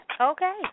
Okay